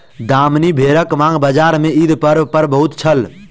दामनी भेड़क मांग बजार में ईद पर्व पर बहुत छल